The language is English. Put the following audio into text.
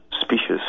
species